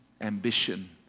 ambition